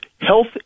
health